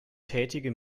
tätige